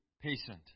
patient